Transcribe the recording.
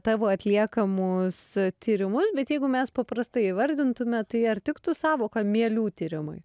tavo atliekamus tyrimus bet jeigu mes paprastai įvardintume tai ar tiktų sąvoka mielių tyrimai